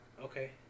okay